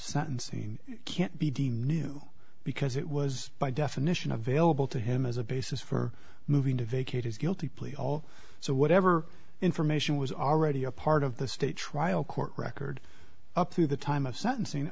sentencing can't be de new because it was by definition available to him as a basis for moving to vacate his guilty plea all so whatever information was already a part of the state trial court record up to the time of sentencing